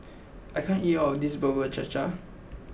I can't eat all of this Bubur Cha Cha